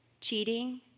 cheating